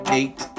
eight